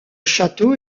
château